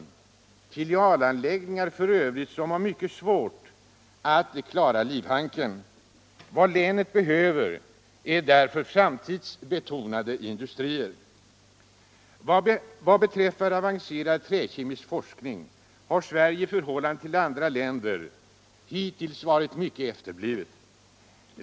Dessa filialanläggningar har f. ö. stora svårigheter att klara livhanken. Vad länet behöver är framtidsbetonade industrier. Vad beträffar avancerad träkemisk forskning har Sverige i förhållande till andra länder hittills varit mycket efterblivet.